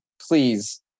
Please